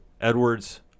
Edwards